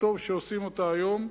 וטוב שעושים אותה היום.